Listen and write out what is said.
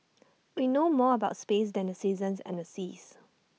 we know more about space than the seasons and the seas